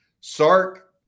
Sark